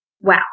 Wow